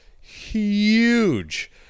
huge